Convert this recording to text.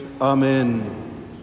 Amen